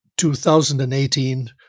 2018